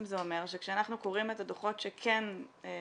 זה אומר שכשאנחנו קוראים את הדוחות שכן פרסמתם